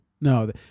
No